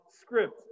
script